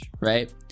right